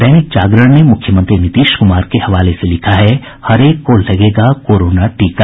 दैनिक जागरण ने मुख्यमंत्री नीतीश कुमार के हवाले से लिखा है हरेक को लगेगा कोरोना टीका